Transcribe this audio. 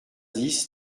dix